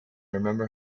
remember